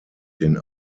den